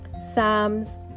Psalms